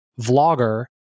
vlogger